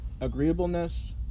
agreeableness